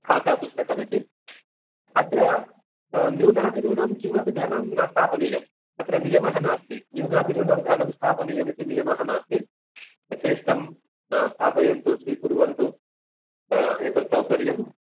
खातापुस्तकम् इति अत्र न्यूनातिन्यूनं किमपि धनं न स्थापनियम् अत्र नियमः नास्ति न्यूनातिन्यूनं धनं स्थापनीयम् इति नियमः नास्ति यथेष्टं स्थापयन्तु स्वीकुर्वन्तु एतत् सौकर्यं